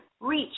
reach